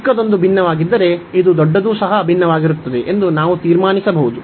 ಈ ಚಿಕ್ಕದೊಂದು ಭಿನ್ನವಾಗಿದ್ದರೆ ಇದು ದೊಡ್ಡದೂ ಸಹ ಭಿನ್ನವಾಗಿರುತ್ತದೆ ಎಂದು ನಾವು ತೀರ್ಮಾನಿಸಬಹುದು